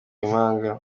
impanga